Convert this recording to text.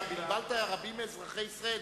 אתה בלבלת רבים מאזרחי ישראל.